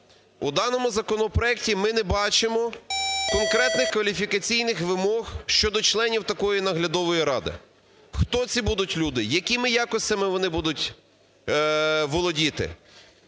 в даному законопроекті ми не бачимо конкретних кваліфікаційних вимог щодо членів такої наглядової ради. Хто ці будуть люди, якими якостями вони будуть володіти?